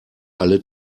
alle